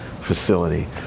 facility